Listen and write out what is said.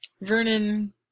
Vernon